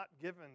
given